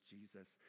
Jesus